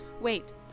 Wait